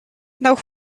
now